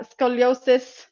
scoliosis